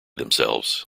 themselves